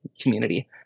community